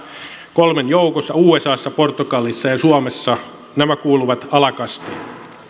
kolmen joukossa usassa portugalissa ja ja suomessa nämä kuuluvat alakastiin